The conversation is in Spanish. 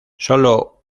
sólo